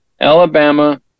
Alabama